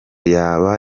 yaba